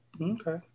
Okay